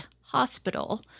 hospital